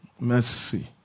Mercy